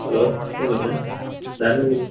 hello சொல்லுங்கள் யார் நீங்கள்